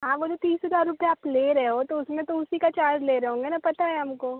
हाँ वो जो तीस हजार रुपया आप ले रहे हो तो उसमें तो उसी का चार्ज ले रहे होंगे न पता है हमको